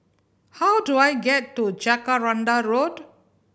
how do I get to Jacaranda Road